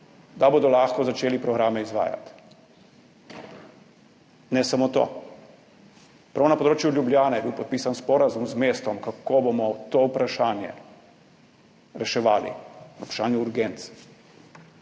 da bodo lahko začeli programe izvajati. Ne samo to. Prav na področju Ljubljane je bil podpisan sporazum z mestom, kako bomo to vprašanje reševali – na vprašanju urgenc.